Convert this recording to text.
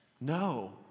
No